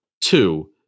Two